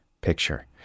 picture